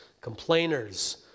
complainers